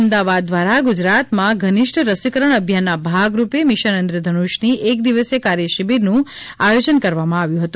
અમદાવાદ દ્વારા ગુજરાતમાં ઘનિષ્ઠ રસીકરણ અભિયાનના ભાગરૂપે મિશન ઇન્દ્રધનુષની એક દિવસીય કાર્યશિબિરનુ આયોજન કરવામાં આવ્યુ છે